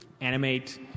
animate